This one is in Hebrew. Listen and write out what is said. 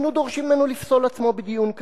היינו דורשים ממנו לפסול עצמו בדיון כזה.